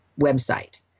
website